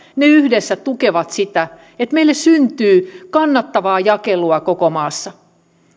yhdessä tukevat sitä että meille syntyy kannattavaa jakelua koko maassa